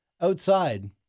outside